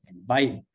Invite